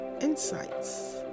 insights